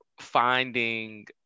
finding